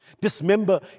Dismember